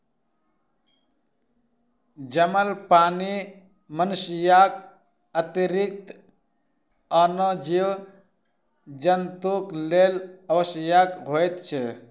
जमल पानि मनुष्यक अतिरिक्त आनो जीव जन्तुक लेल आवश्यक होइत छै